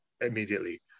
immediately